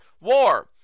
war